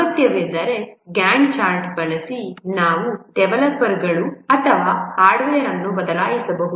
ಅಗತ್ಯವಿದ್ದರೆ GANTT chart ಬಳಸಿ ನಾವು ಡೆವಲಪರ್ಗಳು ಅಥವಾ ಹಾರ್ಡ್ವೇರ್ ಅನ್ನು ಬದಲಾಯಿಸಬಹುದು